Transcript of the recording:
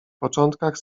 początkach